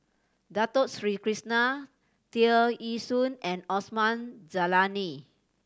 Dato Sri Krishna Tear Ee Soon and Osman Zailani